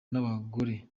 n’abagore